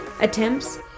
attempts